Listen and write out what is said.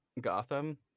Gotham